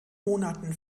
monaten